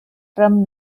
from